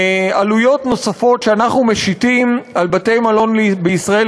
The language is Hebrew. עלויות נוספות שאנחנו משיתים על בתי-מלון בישראל,